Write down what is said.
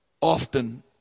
Often